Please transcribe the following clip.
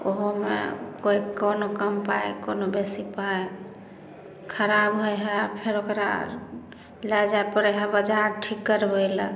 ओहोमे कोइ कोनो कम पाइ कोनो बेसी पाइ खराब होइ हइ फेर ओकरा लऽ जाए परै हइ बाजार ठीक करबैलए